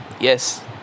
Yes